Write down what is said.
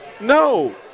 no